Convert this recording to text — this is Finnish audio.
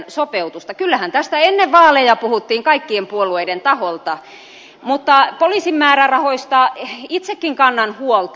kyllähän tästä ennen vaaleja puhuttiin kaikkien puolueiden taholta mutta poliisin määrärahoista itsekin kannan huolta